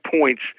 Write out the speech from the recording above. points